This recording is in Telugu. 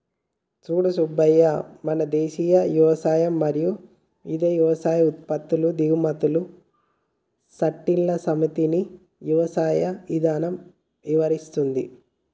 సూడు సూబ్బయ్య మన దేసీయ యవసాయం మరియు ఇదే యవసాయ ఉత్పత్తుల దిగుమతులకు సట్టిల సమితిని యవసాయ ఇధానం ఇవరిస్తుంది